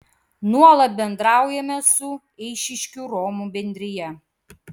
nuolat bendraujame su eišiškių romų bendrija